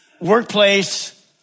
workplace